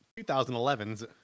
2011's